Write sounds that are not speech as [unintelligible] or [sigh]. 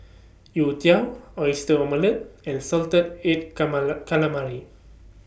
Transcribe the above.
Youtiao Oyster Omelette and Salted Egg [unintelligible] Calamari